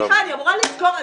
סליחה, אני אמורה לזכור?